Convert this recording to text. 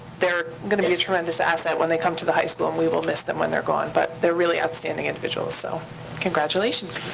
they're gonna be a tremendous asset when they come to the high school, and we will miss them when they're gone. but they're really outstanding individuals, so congratulations.